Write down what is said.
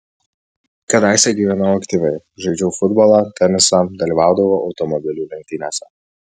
kadaise gyvenau aktyviai žaidžiau futbolą tenisą dalyvaudavau automobilių lenktynėse